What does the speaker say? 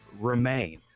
remain